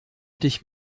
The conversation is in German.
dich